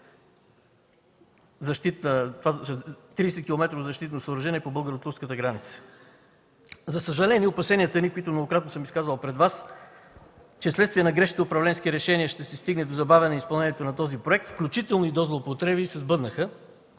защитно съоръжение по българо-турската граница. За съжаление, опасенията ни, които многократно съм изказвал пред Вас, че вследствие на грешните управленски решения ще се стигне до забавяне изпълнението на този законопроект, включително и до злоупотреби, се сбъднаха.